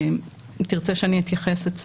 תרצה שאני אתייחס?